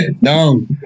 No